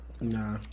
Nah